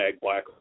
Black